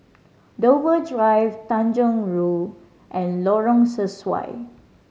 Dover Drive Tanjong Rhu and Lorong Sesuai